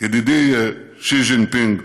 ידידי שי ג'ינפינג.